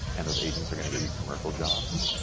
and those agents are gonna get you commercial jobs,